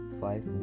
five